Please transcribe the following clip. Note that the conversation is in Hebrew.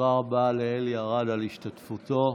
תודה רבה לעלי ארד על השתתפותו.